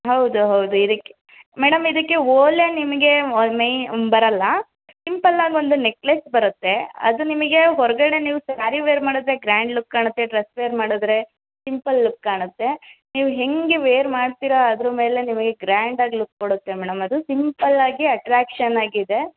ಹೌದು ಹೌದು ಇದಕ್ಕೆ ಮೇಡಮ್ ಇದಕ್ಕೆ ಓಲೆ ನಿಮಗೆ ಓ ಮೈ ಬರೋಲ್ಲ ಸಿಂಪಲ್ಲಾಗಿ ಒಂದು ನೆಕ್ಲೇಸ್ ಬರುತ್ತೆ ಅದು ನಿಮಗೆ ಹೊರಗಡೆ ನೀವು ಸ್ಯಾರಿ ವೇರ್ ಮಾಡಿದ್ರೆ ಗ್ರ್ಯಾಂಡ್ ಲುಕ್ ಕಾಣುತ್ತೆ ಡ್ರಸ್ ವೇರ್ ಮಾಡಿದ್ರೆ ಸಿಂಪಲ್ ಲುಕ್ ಕಾಣುತ್ತೆ ನೀವು ಹೇಗೆ ವೇರ್ ಮಾಡ್ತೀರ ಅದ್ರ ಮೇಲೆ ನಿಮಗೆ ಗ್ರ್ಯಾಂಡಾಗಿ ಲುಕ್ ಕೊಡುತ್ತೆ ಅದು ಸಿಂಪಲ್ಲಾಗಿ ಅಟ್ರ್ಯಾಕ್ಶನ್ ಆಗಿದೆ